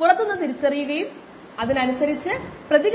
നൊട്ടിനു തുല്യമായിരിക്കും